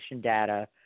data